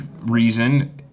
reason